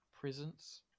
presence